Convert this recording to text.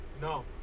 No